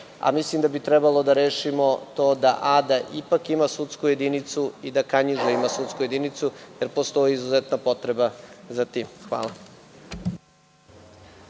a mislim da bi trebalo da rešimo to da Ada ipak ima sudsku jedinicu i da Kanjiža ima sudsku jedinicu, jer postoji izuzetna potreba za tim.